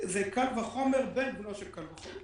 זה קל וחומר בן בנו של קל וחומר.